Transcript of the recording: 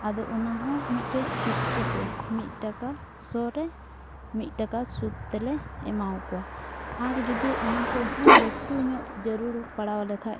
ᱟᱫᱚ ᱚᱱᱟᱦᱚᱸ ᱢᱤᱫᱴᱮᱡ ᱠᱤᱥᱛᱤᱛᱮ ᱢᱤᱫ ᱴᱟᱠᱟ ᱥᱚ ᱨᱮ ᱢᱤᱫ ᱴᱟᱠᱟ ᱥᱩᱫᱽ ᱛᱮᱞᱮ ᱮᱢᱟᱣ ᱟᱠᱚᱣᱟ ᱟᱨ ᱡᱩᱫᱤ ᱚᱱᱟ ᱠᱚᱦᱚᱸ ᱞᱟᱹᱴᱩᱧᱚᱜ ᱡᱟᱹᱨᱩᱲ ᱯᱟᱲᱟᱣ ᱟᱞᱮ ᱠᱷᱟᱡ